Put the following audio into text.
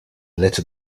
little